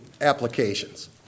applications